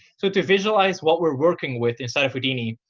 so to visualize what we're working with inside of houdini,